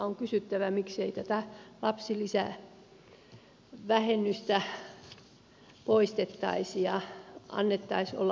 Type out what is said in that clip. on kysyttävä miksei lapsilisävähennystä poistettaisi ja annettaisi olla alkuperäisen mukaan